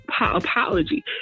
apology